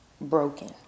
broken